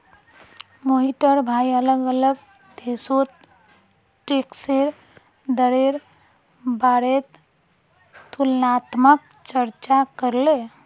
मोहिटर भाई अलग अलग देशोत टैक्सेर दरेर बारेत तुलनात्मक चर्चा करले